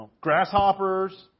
Grasshoppers